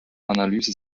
analyse